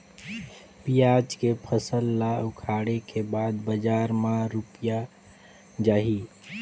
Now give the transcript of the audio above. पियाज के फसल ला उखाड़े के बाद बजार मा रुपिया जाही?